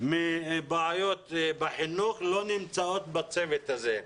מבעיות בחינוך לא נמצאות בצוות הזה.